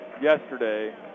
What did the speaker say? yesterday